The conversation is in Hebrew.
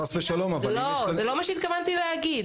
זה לא מה שהתכוונתי להגיד.